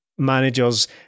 managers